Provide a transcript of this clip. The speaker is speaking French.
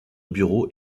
bureaux